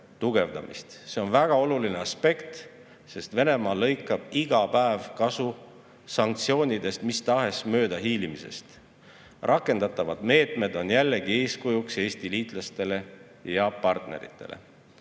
See on väga oluline aspekt, sest Venemaa lõikab iga päev kasu sanktsioonidest mis tahes moel möödahiilimisest. Rakendatavad meetmed on jällegi eeskujuks Eesti liitlastele ja partneritele.